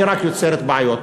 היא רק יוצרת בעיות.